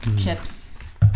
chips